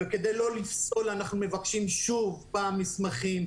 וכדי לא לפסול אנחנו מבקשים שוב מסמכים,